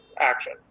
action